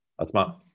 Asma